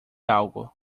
algo